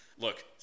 look